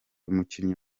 umukinnyi